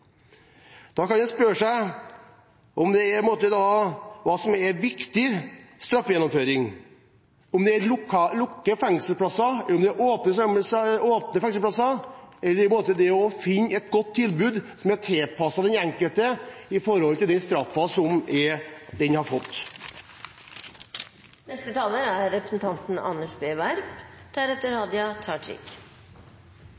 Da kan en spørre seg hva som er viktig i straffegjennomføring. Er det lukkede fengselsplasser, åpne fengselsplasser eller det å finne et godt tilbud som er tilpasset den enkelte, i forhold til den straffen vedkommende har fått?